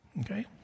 Okay